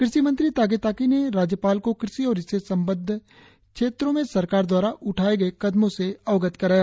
कृषि मंत्री तागे ताकी ने राज्यपाल को कृषि और इससे संबंद्व क्षेत्रों में सरकार द्वारा उठाएं गए कदमों से अवगत कराया